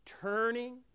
turning